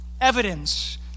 Evidence